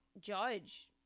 judge